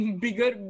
bigger